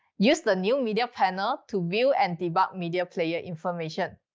use the new media panel to view and debug media player information.